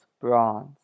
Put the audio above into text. bronze